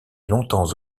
longtemps